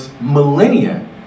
millennia